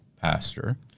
pastor